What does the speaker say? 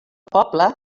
poble